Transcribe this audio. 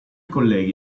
colleghi